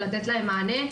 ולתת להם מענה.